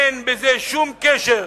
אין בזה שום קשר.